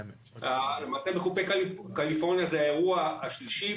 למעשה, בחופי קליפורניה זה האירוע השלישי.